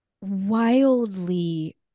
wildly